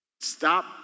Stop